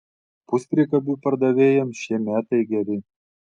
puspriekabių pardavėjams šie metai geri